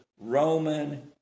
Roman